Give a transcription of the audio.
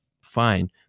fine